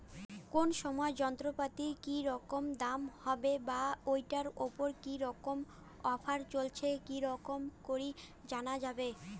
কোন সময় যন্ত্রপাতির কি মতন দাম হবে বা ঐটার উপর কি রকম অফার চলছে কি রকম করি জানা যাবে?